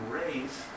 race